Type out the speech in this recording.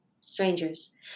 strangers